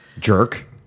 Jerk